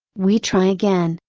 we try again.